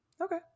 Okay